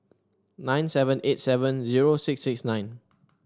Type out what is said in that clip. nine seven eight seven zero six six nine